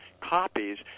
copies